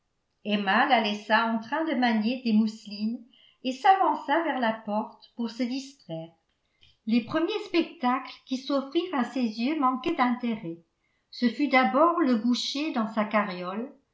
emma la laissa en train de manier des mousselines et s'avança vers la porte pour se distraire les premiers spectacles qui s'offrirent à ses yeux manquaient d'intérêt ce fut d'abord le boucher dans sa carriole